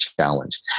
challenge